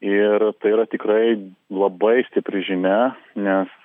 ir tai yra tikrai labai stipri žinia nes